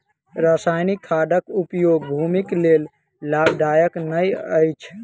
रासायनिक खादक उपयोग भूमिक लेल लाभदायक नै अछि